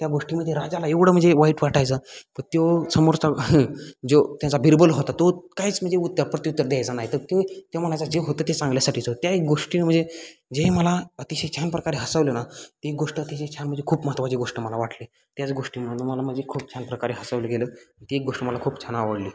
त्या गोष्टीमध्ये राजाला एवढं म्हणजे वाईट वाटायचं त्यो समोरचा जो त्याचा बिरबल होता तो काहीच म्हणजे उत्तर प्रत्युत्तर द्यायचा नाही तर ते ते म्हणायचा जे होतं ते चांगल्यासाठीचं त्या एक गोष्टीनं म्हणजे जे मला अतिशय छान प्रकारे हसवलं ना ते एक गोष्ट अतिशय छान म्हणजे खूप महत्त्वाची गोष्ट मला वाटली त्याच गोष्टीमुळं मला म्हणजे खूप छान प्रकारे हसवलं गेलं तर ते एक गोष्ट मला खूप छान आवडली